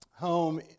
home